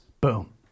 Boom